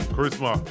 Charisma